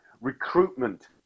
recruitment